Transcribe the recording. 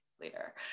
later